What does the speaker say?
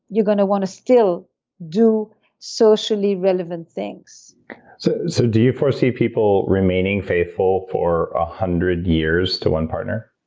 you going to want to still do socially relevant things so so do you foresee people remaining faithful for a one hundred years to one partner?